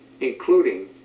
including